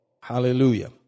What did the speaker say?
Hallelujah